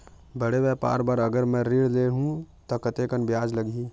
बड़े व्यापार बर अगर मैं ऋण ले हू त कतेकन ब्याज लगही?